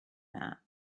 that